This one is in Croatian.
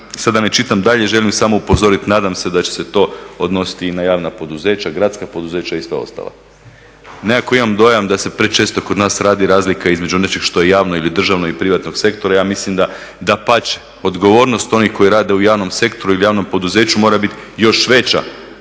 da ne čitam dalje želim samo upozoriti, nadam se da će se to odnositi i na javna poduzeća, gradska poduzeća i sva ostala. Nekako imam dojam da se prečesto kod nas radi razlika između nečeg što je javno ili državno i privatnog sektora, ja mislim dapače, odgovornost onih koji rade u javnom sektoru ili javnom poduzeću mora biti još veća